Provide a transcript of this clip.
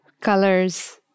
colors